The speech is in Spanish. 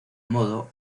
modo